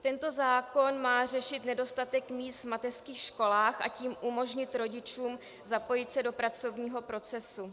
Tento zákon má řešit nedostatek míst v mateřských školách, a tím umožnit rodičům zapojit se do pracovního procesu.